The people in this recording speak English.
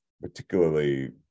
particularly